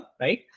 right